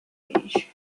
beach